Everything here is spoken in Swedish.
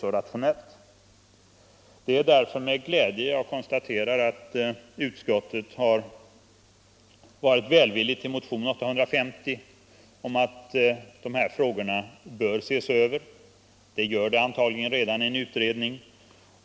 Jag konstaterar därför med glädje att utskottet har varit välvilligt inställt till motionen 850 och kravet på att dessa frågor ses över. Så sker antagligen redan i en utredning.